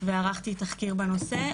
וערכתי תחקיר בנושא,